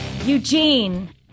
Eugene